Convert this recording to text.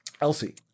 Elsie